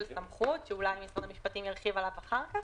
סמכות אולי משרד המפשטים ירחיב עליו אחר כך.